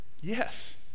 yes